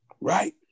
Right